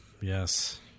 Yes